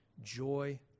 joy